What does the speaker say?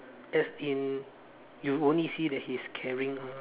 as in you only see that he's carrying a